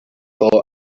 for